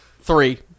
Three